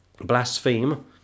blaspheme